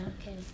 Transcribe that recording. Okay